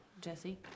Jesse